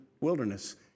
wilderness